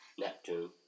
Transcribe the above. Neptune